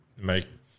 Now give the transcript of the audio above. make